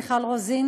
מיכל רוזין,